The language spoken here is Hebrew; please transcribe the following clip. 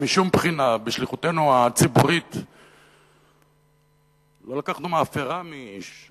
שמשום בחינה בשליחותנו הציבורית לא לקחנו מאפרה מאיש,